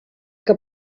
que